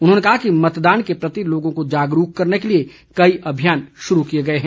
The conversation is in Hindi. उन्होंने कहा कि मतदान के प्रति लोगों को जागरूक करने के लिए कई अभियान शुरू किए गए हैं